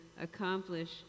accomplish